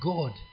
God